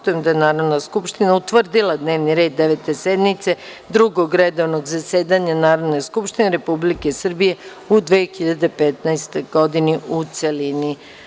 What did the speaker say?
Konstatujem da je Narodna skupština utvrdila dnevni red Devete sednice Drugog redovnog zasedanja Narodne skupštine Republike Srbije u 2015. godini, u celini.